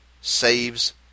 saves